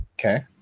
Okay